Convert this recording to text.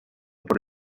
por